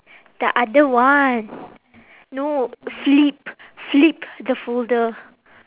the other one no flip flip the folder